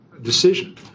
decision